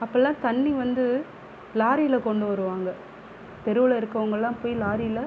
அப்போலாம் தண்ணி வந்து லாரியில் கொண்டு வருவாங்க தெருவில் இருக்கறவங்கள்லாம் போய் லாரியில்